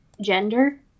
gender